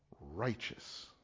righteous